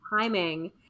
timing